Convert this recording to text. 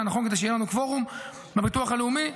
כדי שיהיה לנו קוורום בביטוח הלאומי,